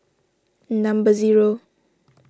number zero